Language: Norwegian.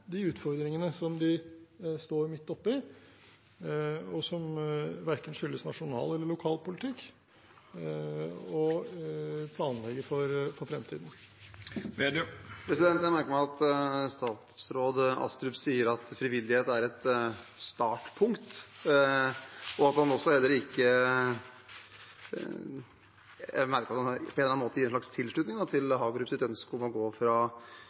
de utfordringene som de står midt oppe i, som verken skyldes nasjonal eller lokal politikk, og planlegger for fremtiden. Jeg merker meg at statsråd Astrup sier at frivillighet er et startpunkt, og jeg merker meg at han på en eller annen måte gir en slags tilslutning til Hagerups ønske om å gå fra